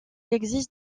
existe